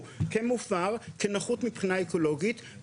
כי הוא כן מופר כנחות מבחינה אקולוגית,